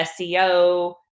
seo